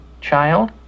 child